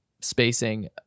spacing